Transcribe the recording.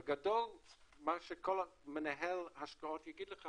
בגדול מה שכל מנהל השקעות יגיד לך,